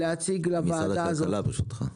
משרד הכלכלה ברשותך.